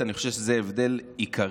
אני חושב שזה הבדל עיקרי,